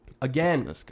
Again